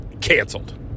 canceled